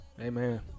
Amen